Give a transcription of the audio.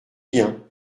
bien